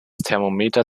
thermometer